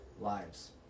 lives